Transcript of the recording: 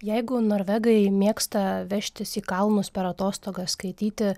jeigu norvegai mėgsta vežtis į kalnus per atostogas skaityti